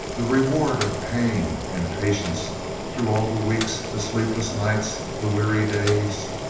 the reward of pain and patience through all the weeks, the sleepless nights, the weary days?